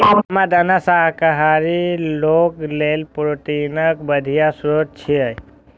रामदाना शाकाहारी लोक लेल प्रोटीनक बढ़िया स्रोत छियै